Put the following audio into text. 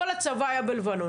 כל הצבא היה בלבנון.